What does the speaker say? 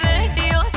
Radio